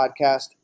podcast